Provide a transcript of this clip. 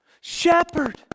shepherd